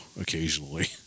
occasionally